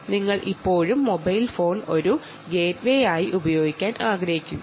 അതായത് നിങ്ങൾ mobile phone ഒരു ഗേറ്റ്വേയായി ഉപയോഗിക്കാൻ ആഗ്രഹിക്കുന്നു